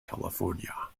california